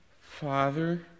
Father